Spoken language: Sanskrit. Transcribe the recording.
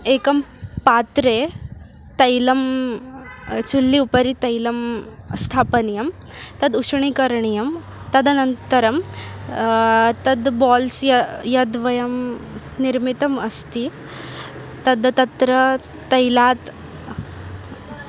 एकं पात्रे तैलं चुल्लि उपरि तैलं स्थापनीयं तद् उष्णीकरणीयं तदनन्तरं तद् बाल्स् य यद् वयं निर्मितम् अस्ति तद् तत्र तैलात्